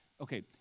Okay